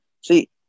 see